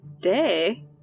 day